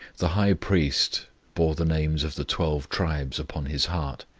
the high priest bore the names of the twelve tribes upon his heart,